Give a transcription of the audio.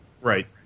right